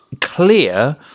clear